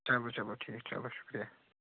چلو چلو ٹھیٖک چلو شُکریہِ